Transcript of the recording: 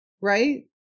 right